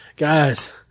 Guys